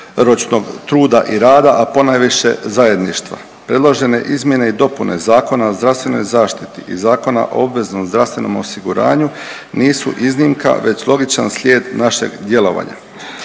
dugoročnog truda i rada, a ponajviše zajedništva. Predložene izmjene i dopune zakona o zdravstvenoj zaštiti i Zakona o obveznom zdravstvenom osiguranju nisu iznimka već logičan slijed našeg djelovanja.